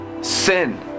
sin